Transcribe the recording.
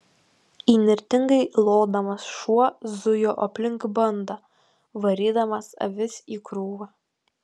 įnirtingai lodamas šuo zujo aplink bandą varydamas avis į krūvą